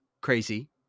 crazy